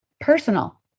personal